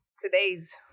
today's